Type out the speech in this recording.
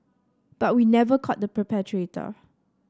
but we never caught the